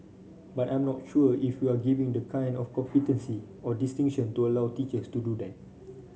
but I'm not sure if we're giving the kind of competency or distinction to allow teachers to do that